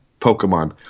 Pokemon